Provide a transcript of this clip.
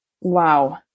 Wow